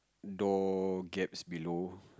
door gaps below